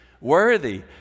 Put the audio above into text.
worthy